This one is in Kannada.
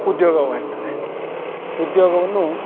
ಉದ್ಯೋಗವ ಇರ್ತದೆ ಉದ್ಯೋಗವನ್ನು